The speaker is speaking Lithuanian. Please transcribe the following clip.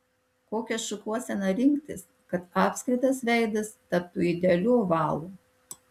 kokią šukuoseną rinktis kad apskritas veidas taptų idealiu ovalu